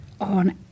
on